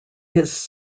his